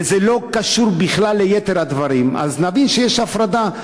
וזה לא קשור בכלל ליתר הדברים, אז נבין שיש הפרדה.